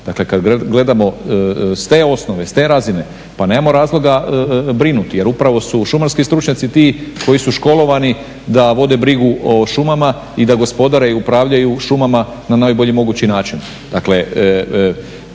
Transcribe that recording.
Dakle kad gledamo s te osnove, s te razine pa nemamo razloga brinuti jer upravo su šumarski stručnjaci ti koji su školovani da vode brigu o šumama i da gospodare i upravljaju šumama na najbolji mogući način.